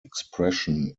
expression